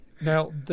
Now